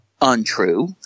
untrue